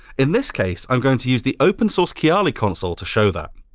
in this case, i'm going to use the open source kiali console to show that.